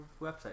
website